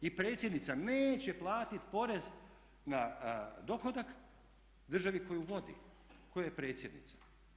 I predsjednica neće platiti porez na dohodak državi koju vodi, koje je predsjednica.